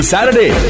Saturday